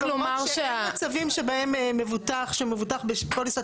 --- שהיו מצבים שבהם מבוטח שמבוטח בפוליסת